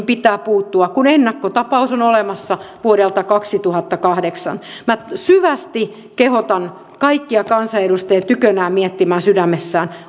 pitää puuttua kun ennakkotapaus on olemassa vuodelta kaksituhattakahdeksan minä syvästi kehotan kaikkia kansanedustajia tykönään miettimään sydämessään